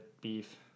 beef